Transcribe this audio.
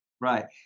Right